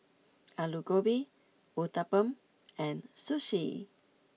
Alu Gobi Uthapam and Sushi